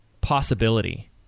possibility